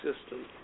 system